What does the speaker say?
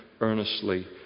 earnestly